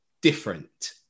different